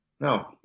No